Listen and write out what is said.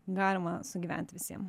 galima sugyvent visiem